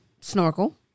snorkel